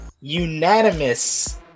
unanimous